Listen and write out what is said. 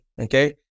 okay